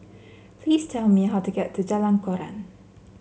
please tell me how to get to Jalan Koran